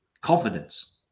confidence